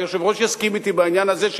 היושב-ראש יסכים אתי בעניין הזה,